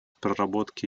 проработки